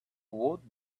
would